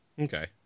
Okay